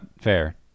fair